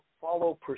follow